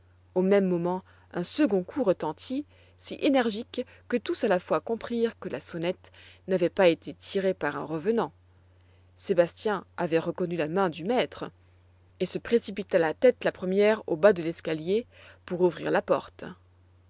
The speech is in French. au même moment un second coup retentît si énergique que tous à la fois comprirent que la sonnette n'avait pas été tirée par un revenant sébastien avait reconnu la main du maître et se précipita la tête la première au bas de l'escalier pour ouvrir la porte